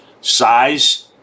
Size